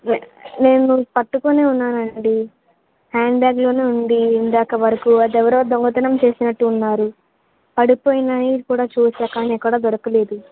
వే నేను పట్టుకుని ఉన్నాను అండి హ్యాండ్బ్యాగ్లో ఉంది ఇందాక వరకు అది ఎవరో దొంగతనం చేసినట్టు ఉన్నారు పడిపోయింది అని కూడా చూసాను కానీ ఎక్కడ దొరకలేదు